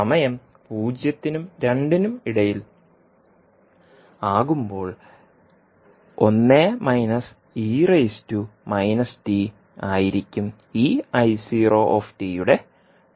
സമയം പൂജ്യത്തിനും രണ്ടിനും ഇടയിൽ ആകുമ്പോൾ ആയിരിക്കും ഈ യുടെ മൂല്യം